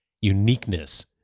uniqueness